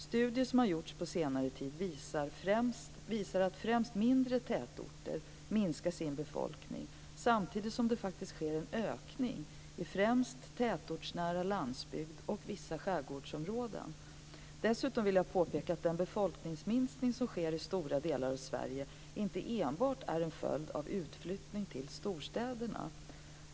Studier som har gjorts på senare tid visar att främst mindre tätorter minskar sin befolkning, samtidigt som det faktiskt sker en ökning i främst tätortsnära landsbygds och vissa skärgårdsområden. Dessutom vill jag påpeka att den befolkningsminskning som sker i stora delar av Sverige inte enbart är en följd av utflyttning till storstadsregionerna.